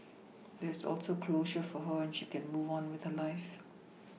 there is also closure for her and she can move on with her life